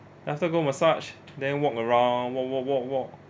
then after go massage then walk around walk walk walk walk